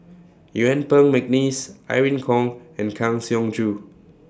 Yuen Peng Mcneice Irene Khong and Kang Siong Joo